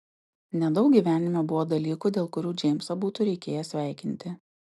nedaug gyvenime buvo dalykų dėl kurių džeimsą būtų reikėję sveikinti